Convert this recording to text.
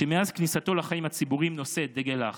שמאז כניסתו לחיים הציבוריים נושא את דגל האחדות,